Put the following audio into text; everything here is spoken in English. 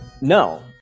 No